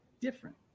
different